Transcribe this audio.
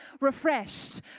refreshed